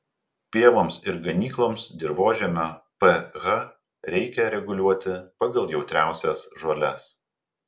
pievoms ir ganykloms dirvožemio ph reikia reguliuoti pagal jautriausias žoles